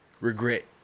regret